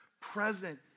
present